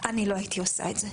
אני לא הייתי עושה את זה.